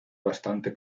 bastante